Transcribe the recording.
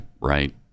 right